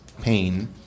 pain